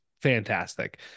fantastic